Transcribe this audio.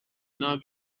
not